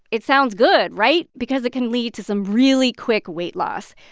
it sounds good right? because it can lead to some really quick weight loss.